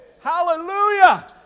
Hallelujah